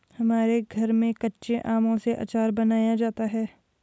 हमारे घर में कच्चे आमों से आचार बनाया जाता है